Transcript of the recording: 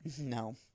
no